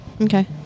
Okay